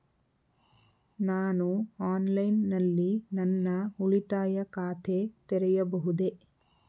ನಾನು ಆನ್ಲೈನ್ ನಲ್ಲಿ ನನ್ನ ಉಳಿತಾಯ ಖಾತೆ ತೆರೆಯಬಹುದೇ?